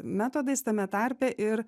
metodais tame tarpe ir